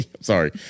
sorry